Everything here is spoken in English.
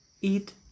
eat